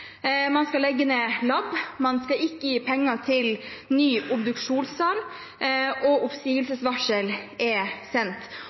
man skal legge ned lab, man skal ikke gi penger til ny obduksjonssal, og oppsigelsesvarsel er sendt.